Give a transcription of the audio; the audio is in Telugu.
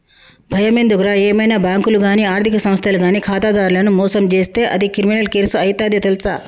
బయమెందుకురా ఏవైనా బాంకులు గానీ ఆర్థిక సంస్థలు గానీ ఖాతాదారులను మోసం జేస్తే అది క్రిమినల్ కేసు అయితది తెల్సా